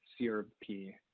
CRP